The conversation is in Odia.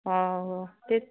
ହଉ